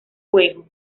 juego